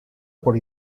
por